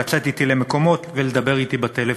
לצאת אתי למקומות ולדבר אתי בטלפון.